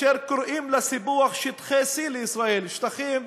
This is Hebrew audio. אשר קוראים לסיפוח שטחי C לישראל, שטחים